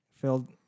filled